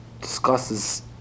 discusses